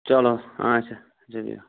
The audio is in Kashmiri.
چلو اَچھا اَچھا بِہِو